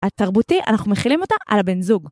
התרבותי אנחנו מכילים אותה על הבן זוג.